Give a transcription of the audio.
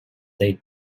they